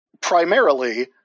primarily